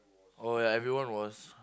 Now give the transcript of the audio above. oh ya everyone was